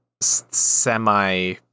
semi